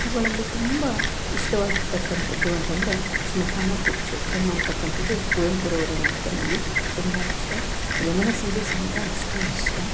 ಅವುಗಳಲ್ಲಿ ತುಂಬ ಇಷ್ಟವಾಗಿರತಕ್ಕಂತದ್ದು ಅಂತಂದರೆ ಸ್ಮಶಾನ ಕುರುಕ್ಷೇತ್ರಮ್ ಅಂತಕ್ಕಂತದ್ದು ಕುವೆಂಪುರವರ ನಾಟಕ ನನಗೆ ತುಂಬ ಇಷ್ಟ ಯಮನ ಸೋಲು ಸಮೇತ ಅಷ್ಟೆ ಇಷ್ಟ